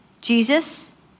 Jesus